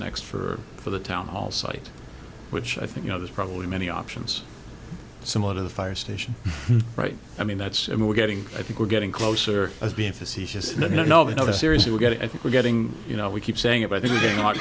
next for for the town hall site which i think you know there's probably many options similar to the fire station right i mean that's i mean we're getting i think we're getting closer as being facetious no no no seriously we're getting i think we're getting you know we keep saying it i think a lot